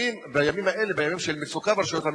בימים אלה, ימים של מצוקה ברשויות המקומיות,